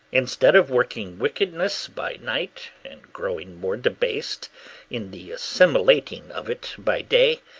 instead of working wickedness by night and growing more debased in the assimilating of it by day,